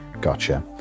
gotcha